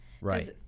Right